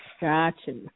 Gotcha